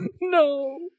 No